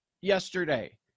yesterday